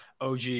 OG